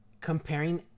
Comparing